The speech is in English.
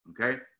okay